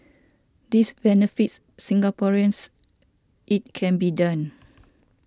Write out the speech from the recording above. this benefits Singaporeans it can be done